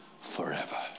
forever